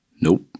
nope